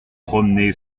promené